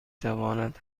تواند